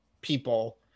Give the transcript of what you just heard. people